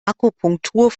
akupunktur